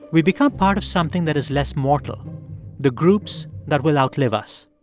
we become part of something that is less mortal the groups that will outlive us.